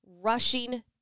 rushing